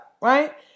right